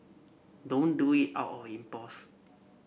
don't do it out of impulse